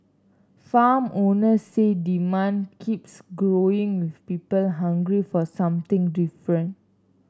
farm owners say demand keeps growing with people hungry for something different